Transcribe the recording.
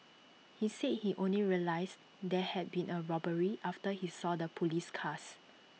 he said he only realised there had been A robbery after he saw the Police cars